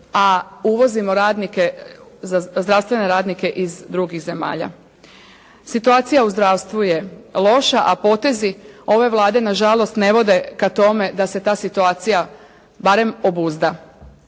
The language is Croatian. a uvozimo zdravstvene radnike iz drugih zemalja. Situacija u zdravstvu je loša, a potezi ove Vlade na žalost ne vode ka tome da se ta situacija barem obuzda.